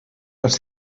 als